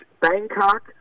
Bangkok